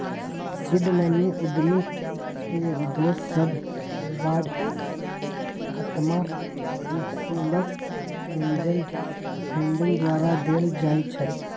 seed money उद्यमी के दोस सभ, परिवार, अत्मा कुटूम्ब, एंजल फंडिंग द्वारा देल जाइ छइ